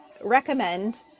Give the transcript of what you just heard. recommend